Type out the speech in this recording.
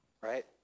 Right